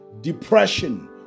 depression